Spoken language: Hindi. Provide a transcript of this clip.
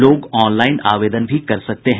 लोग ऑनलाइन आवेदन भी कर सकते हैं